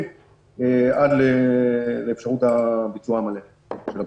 עד לאפשרות הביצוע המלא של הפתיחה.